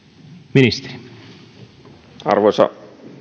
arvoisa